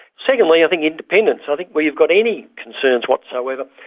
secondly i think independence. i think where you've got any concerns whatsoever,